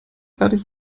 fertig